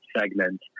segment